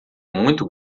muito